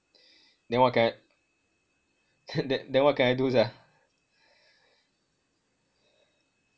then what can I then what can I do sia